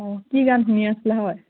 অঁ কি গান শুনি আছিলা হয়